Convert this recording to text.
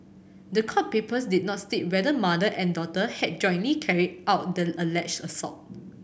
the court papers did not state whether mother and daughter had jointly carried out the alleged assault